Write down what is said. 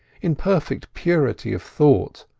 in perfect purity of thought,